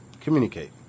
Communicate